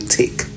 take